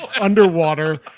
underwater